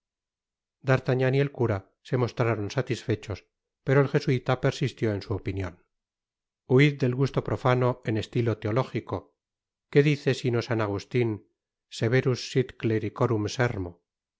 d'artagnan y el cura se moslraron satisfechos pero el jesuita persistió en su opinion huid del gusto profano en estilo teológico que dice sino san agustin severus sit clericorum scrmo en